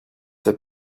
sais